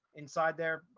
inside there.